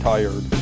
Tired